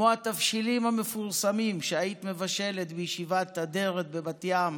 כמו התבשילים המפורסמים שהיית מבשלת בישיבת אדר"ת בבת ים